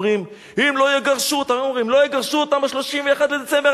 ואומרים: אם לא יגרשו אותם ב-31 בדצמבר,